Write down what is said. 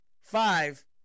five